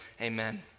amen